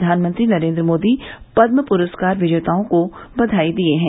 प्रधानमंत्री नरेन्द्र मोदी पदम प्रस्कार विजेताओं को बधाई दी है